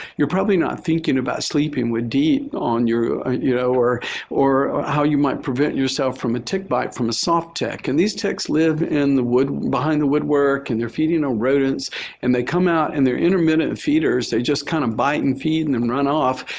you're probably not thinking about sleeping with deet on your you know or or how you might prevent yourself from a tick bite from the soft tick. and these ticks live in the wood behind the woodwork and they're feeding on rodents and they come out and they're intermittent feeders, they just kind of bite and feed and then run off.